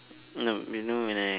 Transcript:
no you know when I